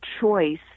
choice